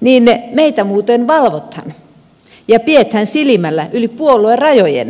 niin meitä muuten valvotaan ja pidetään silmällä yli puoluerajojen